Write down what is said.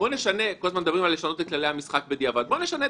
נסתכל